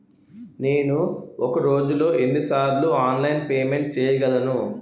నేను ఒక రోజులో ఎన్ని సార్లు ఆన్లైన్ పేమెంట్ చేయగలను?